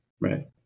Right